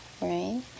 right